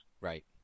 Right